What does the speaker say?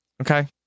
Okay